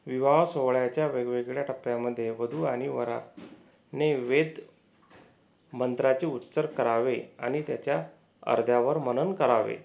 विवाह सोहळ्याच्या वेगवेगळ्या टप्प्यामध्ये वधू आणि वराने वेद मंत्राचे उच्चर करावे आणि त्याच्या अर्ध्यावर मनन करावे